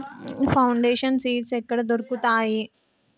Foundation seeds ఎక్కడ దొరుకుతాయి?